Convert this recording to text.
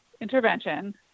intervention